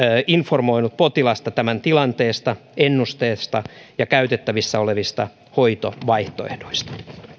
informoinut potilasta tämän tilanteesta ennusteesta ja käytettävissä olevista hoitovaihtoehdoista